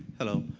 hello.